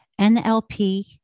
NLP